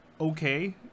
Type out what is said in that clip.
okay